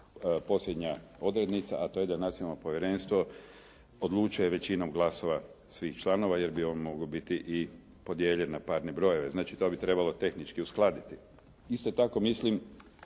posljednja odrednica a to je da nacionalno povjerenstvo odlučuje većinom glasova svih članova jer bi on mogao biti i podijeljen na parne brojeve. Znači, to bi trebalo tehnički uskladiti. Isto tako, mislim